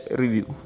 review